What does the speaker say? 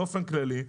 באופן כללי,